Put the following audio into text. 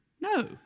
No